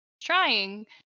trying